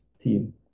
team